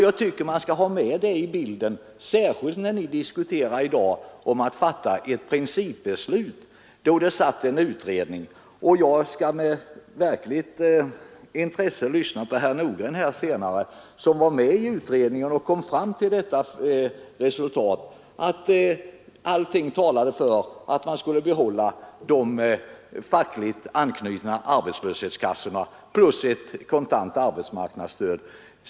Jag tycker att man skall ha med den i bilden, särskilt när ni i dag vill fatta ett principbeslut. Jag skall med verkligt intresse lyssna på herr Nordgren, som satt med i den utredning som kom fram till resultatet att allt talade för att man skulle behålla de fackligt anslutna arbetslöshetskassorna plus ett kontant arbetsmarknadsstöd.